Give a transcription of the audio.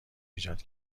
ایجاد